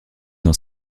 dans